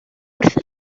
wrth